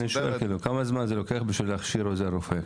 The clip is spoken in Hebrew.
אני שואל כמה זמן זה לוקח בשביל להכשיר רופא.